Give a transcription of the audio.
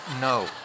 No